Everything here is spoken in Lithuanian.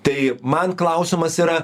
tai man klausimas yra